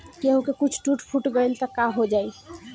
केहू के कुछ टूट फुट गईल त काहो जाई